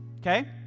okay